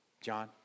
John